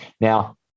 Now